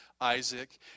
Isaac